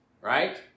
right